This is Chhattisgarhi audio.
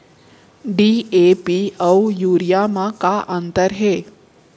डी.ए.पी अऊ यूरिया म का अंतर हे?